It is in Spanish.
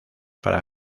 para